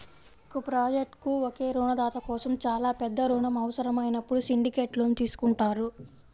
ఒక ప్రాజెక్ట్కు ఒకే రుణదాత కోసం చాలా పెద్ద రుణం అవసరమైనప్పుడు సిండికేట్ లోన్ తీసుకుంటారు